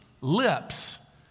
lips